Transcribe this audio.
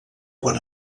quan